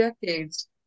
decades